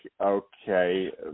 okay